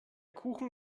kuchen